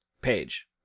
page